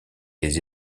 des